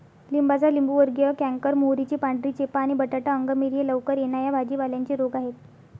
लिंबाचा लिंबूवर्गीय कॅन्कर, मोहरीची पांढरी चेपा आणि बटाटा अंगमेरी हे लवकर येणा या भाजी पाल्यांचे रोग आहेत